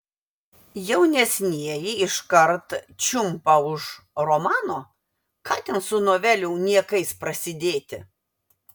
jaunesnieji iškart čiumpa už romano ką ten su novelių niekais prasidėti